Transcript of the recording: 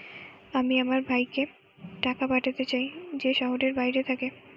আমি আমার ভাইকে টাকা পাঠাতে চাই যে শহরের বাইরে থাকে